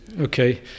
Okay